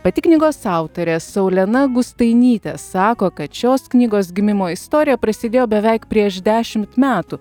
pati knygos autorė saulena gustainytė sako kad šios knygos gimimo istorija prasidėjo beveik prieš dešimt metų